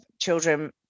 children